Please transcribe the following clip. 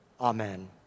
Amen